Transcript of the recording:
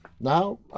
Now